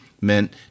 meant